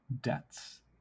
debts